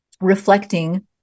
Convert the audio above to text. reflecting